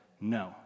No